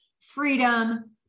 freedom